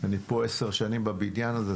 אני פה עשר שנים בבניין הזה,